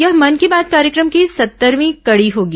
यह मन की बात कार्यक्रम की सत्तरवीं कडी होगी